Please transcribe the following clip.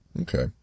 Okay